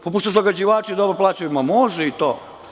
Pošto zagađivači dobro plaćaju, pa može i to.